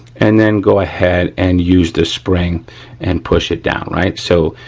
and then go ahead and use the spring and push it down, right. so,